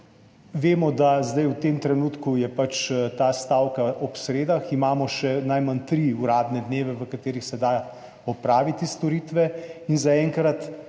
je zdaj v tem trenutku pač ta stavka ob sredah, imamo še najmanj tri uradne dneve, v katerih se da opraviti storitve